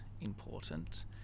important